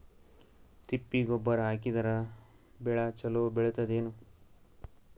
ತಿಪ್ಪಿ ಗೊಬ್ಬರ ಹಾಕಿದರ ಬೆಳ ಚಲೋ ಬೆಳಿತದೇನು?